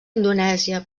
indonèsia